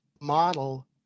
model